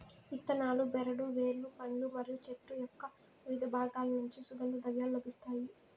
ఇత్తనాలు, బెరడు, వేర్లు, పండ్లు మరియు చెట్టు యొక్కవివిధ బాగాల నుంచి సుగంధ ద్రవ్యాలు లభిస్తాయి